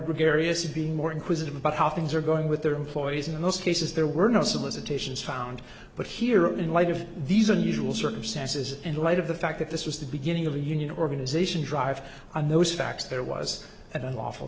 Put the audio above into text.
gregarious being more inquisitive about how things are going with their employees and in most cases there were no solicitations found but here in light of these unusual circumstances in light of the fact that this was the beginning of the union organization drive on those facts there was an unlawful